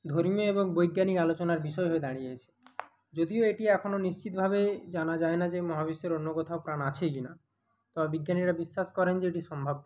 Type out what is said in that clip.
ধর্মীয় এবং বৈজ্ঞানিক আলোচনার বিষয় হয়ে দাঁড়িয়েছে যদিও এটি এখনো নিশ্চিতভাবে জানা যায় না যে মহাবিশ্বের অন্য কোথাও প্রাণ আছে কিনা তবে বিজ্ঞানীরা বিশ্বাস করেন যে এটি সম্ভাব্য